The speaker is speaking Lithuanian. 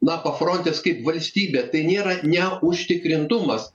na pafrontės kaip valstybė tai nėra neužtikrintumas